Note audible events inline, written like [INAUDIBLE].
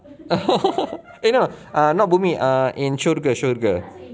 [LAUGHS] eh no err not bumi err in syurga syurga